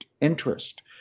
interest